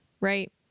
right